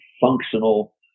functional